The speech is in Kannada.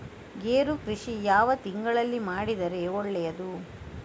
ಗೇರು ಕೃಷಿ ಯಾವ ತಿಂಗಳಲ್ಲಿ ಮಾಡಿದರೆ ಒಳ್ಳೆಯದು?